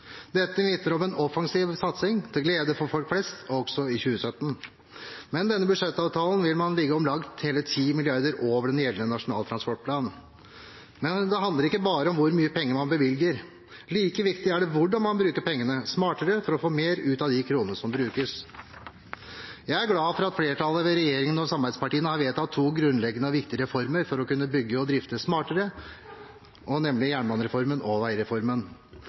Dette vitner om en offensiv satsing, til glede for folk flest også i 2017. Med denne budsjettavtalen vil man ligge om lag hele 10 mrd. kr over den gjeldende nasjonale transportplanen. Men det handler ikke bare om hvor mye penger man bevilger. Like viktig er hvordan man kan bruke pengene smartere for å få mer ut av de kronene som brukes. Jeg er derfor glad for at flertallet, ved regjeringen og samarbeidspartiene, har vedtatt to grunnleggende og viktige reformer for å kunne bygge og drifte smartere, nemlig jernbanereformen og veireformen.